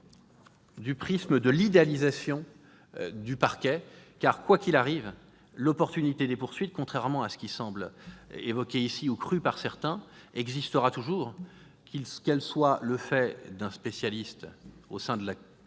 du prisme de l'idéalisation du parquet, car quoi qu'il arrive l'opportunité des poursuites, contrairement à ce que certains semblent croire, existera toujours, qu'elle soit le fait d'un spécialiste au sein de